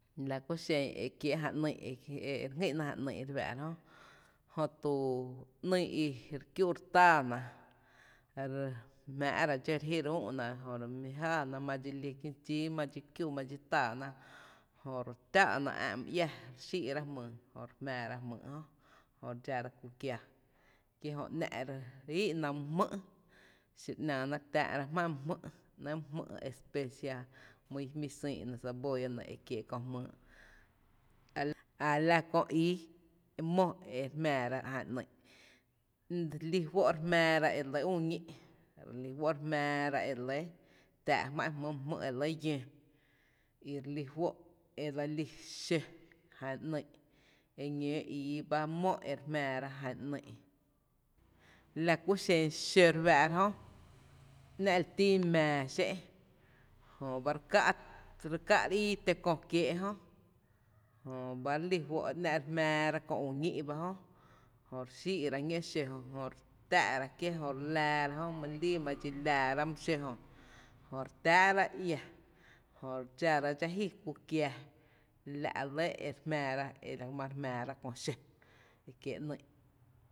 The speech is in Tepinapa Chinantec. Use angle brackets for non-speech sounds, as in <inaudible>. La ku xen ekiee’ jna ‘nyy’ e re jngÿ’na jan ‘nýý’ re fⱥⱥ’ra jö, jö to ‘nýý’ i re kiü’ re tⱥⱥ´na re jmⱥ’ra dxó re jí re üú’na jö re mi jáana ma dxi líí ma dxi kiüi’ ma dxi táana jö re tⱥⱥ’na ä’ my iá jö re xí’ra jmyy jö re jmⱥⱥra jmýy’ jö re dxára ku kíaa kí jö ‘nⱥ’ e re íi’na my jmý’ xiro ‘nⱥⱥna re tⱥⱥ’ra jmá’n my jmý’ ‘nɇ’ my jmý’ especia, my ijmi xÿÿ’ nɇ, cebolla nɇ e kiéé’ köö jmý’. A la köö ii mó e re jmⱥⱥra e jna ‘nýý’, re lí fó’ re jmⱥⱥra e re lɇ üü ñí’, re lí fó’ re jmⱥⱥra e tⱥⱥ’ jmá’n jmý’ my jmý’ e re lɇ llöö y re lí fó’ e dse lí xó jan ‘nýý’, eñóó ii ba mó e re jmⱥⱥra jan ‘nýý’, la ku xen xó re fⱥⱥ´’ra jö ‘nⱥ’ li tín mⱥⱥ xé’n jöba re ká’ <hesitation> re ká’ re íi tó kö kieee’ jö, jö ba re lí fó’ e ‘nⱥ’ re jmⱥⱥra kö ü ñí’ ba jö, jö re xí’ra ñó’ xo jö, re tⱥ’ra kié, jö re laara jö, malii ma dxi laara my xó jö jö re tⱥⱥ’ra ia, jö re dxára dxá’ ji ku kiaa, la’ re lɇ e ma re jmⱥⱥra kö xó e kiee’ ‘nýý’.